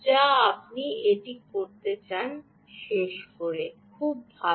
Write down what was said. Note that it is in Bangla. যা আপনি এটি করতে চান শেষ খুব ভাল